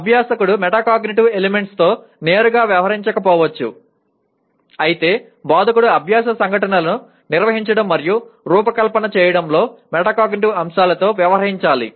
అభ్యాసకుడు మెటాకాగ్నిటివ్ ఎలిమెంట్స్తో నేరుగా వ్యవహరించకపోవచ్చు అయితే బోధకుడు అభ్యాస సంఘటనలను నిర్వహించడం మరియు రూపకల్పన చేయడంలో మెటాకాగ్నిటివ్ అంశాలతో వ్యవహరించాలి